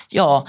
ja